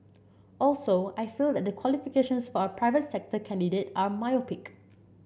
also I feel that the qualifications for a private sector candidate are myopic